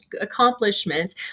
accomplishments